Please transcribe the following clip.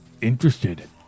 interested